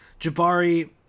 Jabari